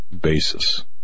basis